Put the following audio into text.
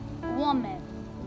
woman